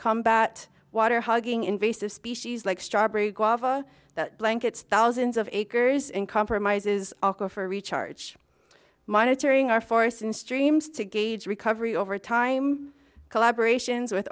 combat water hugging invasive species like strawberry guava blankets thousands of acres in compromises aquifer recharge monitoring our forests and streams to gauge recovery over time collaboration's with